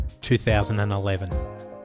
2011